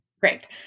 Great